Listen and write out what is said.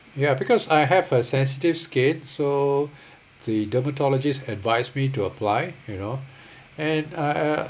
ya because I have uh sensitive skin so the dermatologist advised me to apply you know and uh uh